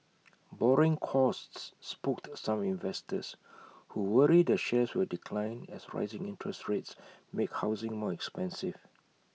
borrowing costs spooked some investors who worry the shares will decline as rising interest rates make housing more expensive